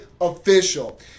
official